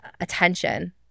attention